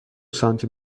سانتی